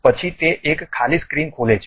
પછી તે એક ખાલી સ્ક્રીન ખોલે છે